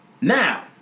Now